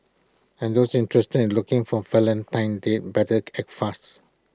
and those interested in looking for A Valentine's date better act fasts